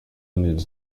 unidos